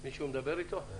--- אני